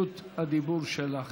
רשות הדיבור שלך.